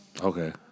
Okay